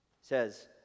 Says